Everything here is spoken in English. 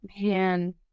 man